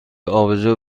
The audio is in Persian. آبجو